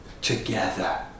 together